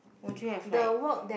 won't you have like